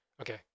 Okay